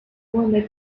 mohammed